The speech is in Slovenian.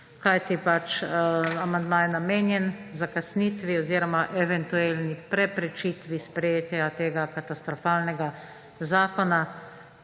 Kajti amandma je namenjen zakasnitvi oziroma eventualni preprečitvi sprejetja tega katastrofalnega zakona,